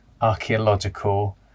archaeological